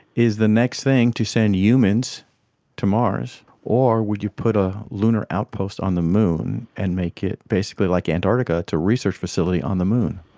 is the next thing to send humans to mars or would you put a lunar outpost on the moon and make it basically like antarctica, a research facility on the moon?